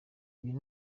uyu